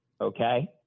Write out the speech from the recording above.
okay